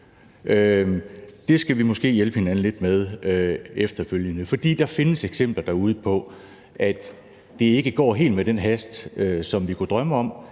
Det skal vi måske hjælpe hinanden lidt med efterfølgende, for der findes eksempler derude på, at det ikke går helt med den hast, som vi kunne drømme om,